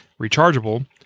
rechargeable